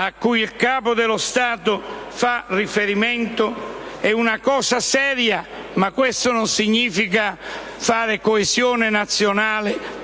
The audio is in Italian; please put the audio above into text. cui il Capo dello Stato fa riferimento è una cosa seria, ma questo non significa fare coesione nazionale